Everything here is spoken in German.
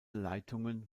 leitungen